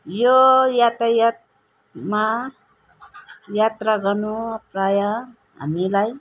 यो यातायातमा यात्रा गर्नु प्रायः हामीलाई